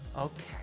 okay